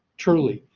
truly,